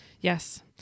Yes